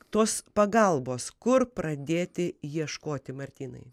tos pagalbos kur pradėti ieškoti martynai